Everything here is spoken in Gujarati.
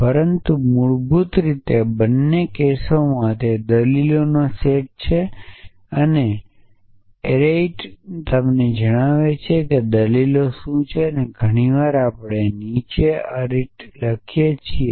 પરંતુ મૂળભૂત રીતે તે બંને કેસોમાં તેઓ દલીલોનો સેટ લે છે અને એરેઇટી તમને જણાવે છે કે દલીલો શું છે તે ઘણી વાર આપણે નીચે અરિટ લખીએ છીએ